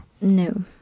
No